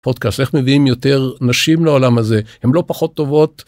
פודקאסט איך מביאים יותר נשים לעולם הזה הן לא פחות טובות.